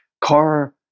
car